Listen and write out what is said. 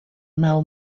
mel